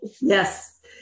Yes